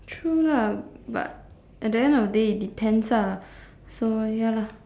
true lah but at the end of the day it depends lah so ya lah